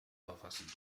verfassen